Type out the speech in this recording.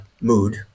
mood